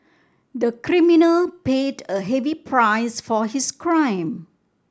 the criminal paid a heavy price for his crime